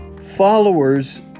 Followers